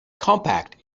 compact